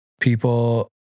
People